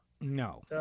no